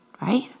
right